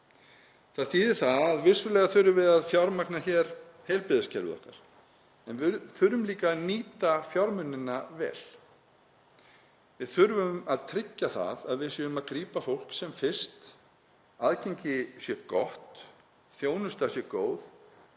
Það þýðir að vissulega þurfum við að fjármagna hér heilbrigðiskerfið okkar en við þurfum líka að nýta fjármunina vel. Við þurfum að tryggja að við séum að grípa fólk sem fyrst, að aðgengi sé gott, þjónusta sé góð